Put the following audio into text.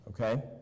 okay